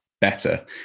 better